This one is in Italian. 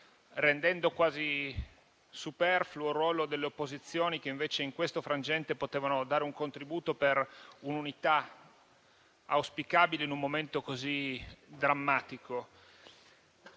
rendendo quasi superfluo il ruolo delle opposizioni, che invece in questo frangente potevano dare un contributo per un'unità auspicabile in un momento così drammatico.